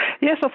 Yes